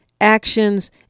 actions